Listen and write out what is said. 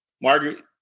Margaret